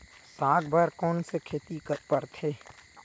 साग बर कोन से खेती परथे?